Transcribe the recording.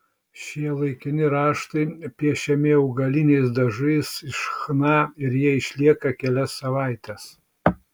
šie laikini raštai piešiami augaliniais dažais iš chna ir jie išlieka kelias savaites